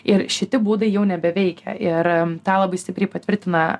ir šiti būdai jau nebeveikia ir tą labai stipriai patvirtina